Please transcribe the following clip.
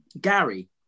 Gary